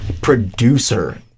producer